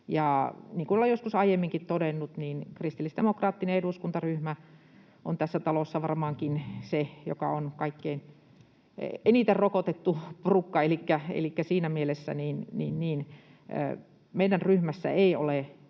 olen joskus aiemminkin todennut, niin kristillisdemokraattinen eduskuntaryhmä on tässä talossa varmaankin se kaikkein eniten rokotettu porukka, elikkä siinä mielessä meidän ryhmässämme ei ole